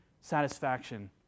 satisfaction